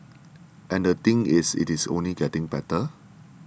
and the thing is it is only getting better